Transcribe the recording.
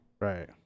Right